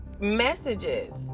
messages